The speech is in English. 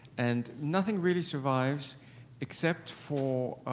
and nothing really survives except for.